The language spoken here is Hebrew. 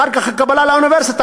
אחר כך הקבלה לאוניברסיטה,